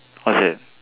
what's that